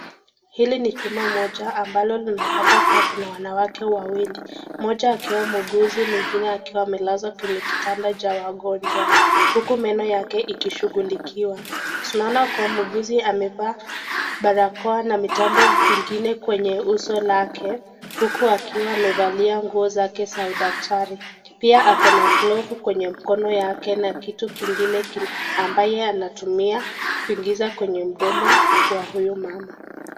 Hili ni chumba moja, ambalo unapata kuwa kuna wanawake wawili. Moja akiwa muuguzi mwingine akiwa amelazwa kwenye kitanda cha wagonjwa. Huku meno yake ikishugulikiwa. Tunaona kuwa muuguzi, amevaa barakoa na mitambo mingine kwenye uso lake. Huku akiwa amevalia nguo zake za udaktari. Pia ako na glovu kwenye mkono yake na kitu kingine ambaye anatumia kuingiza kwenye mdomo wa huyu mama.